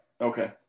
Okay